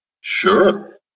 Sure